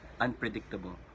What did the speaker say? unpredictable